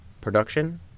production